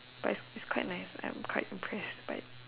but its its quite nice I am quite impressed by it